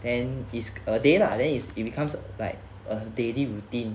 and is a day lah then is it becomes like a daily routine